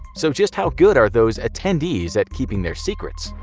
so just how good are those attendees at keeping their secrets?